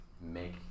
make